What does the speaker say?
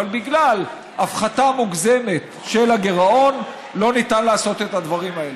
אבל בגלל הפחתה מוגזמת של הגירעון לא ניתן לעשות את הדברים האלה.